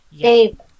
Dave